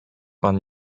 pan